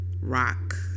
rock